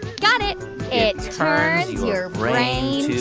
got it it turns your brain